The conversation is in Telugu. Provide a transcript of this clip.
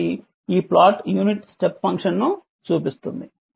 కాబట్టి ఈ ప్లాట్ యూనిట్ స్టెప్ ఫంక్షన్ ను చూపిస్తుంది